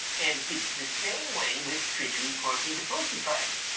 and it's the same way with prickly porky the porcupine.